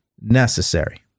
necessary